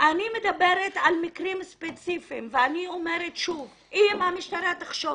אני מדברת על מקרים ספציפיים ואני אומרת שאם המשטרה תחשוב